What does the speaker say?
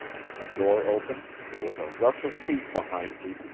then the door opened, there was a rush of feet behind me,